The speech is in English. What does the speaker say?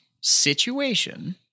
situation